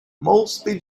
mostly